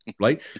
right